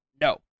no